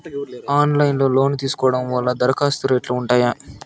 Online లో loan తీసుకోవడం వల్ల దరఖాస్తు రేట్లు ఉంటాయా?